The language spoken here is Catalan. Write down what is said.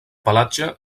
pelatge